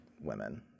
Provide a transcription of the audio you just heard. women